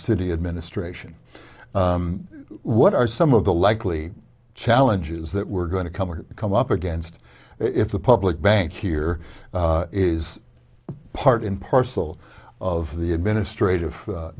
city administration what are some of the likely challenges that we're going to come or come up against if the public bank here is part and parcel of the administrative